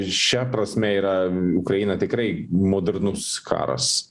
šia prasme yra ukraina tikrai modernus karas